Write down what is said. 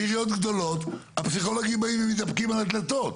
בעיריות גדולות הפסיכולוגים באים ומתדפקים על הדלתות,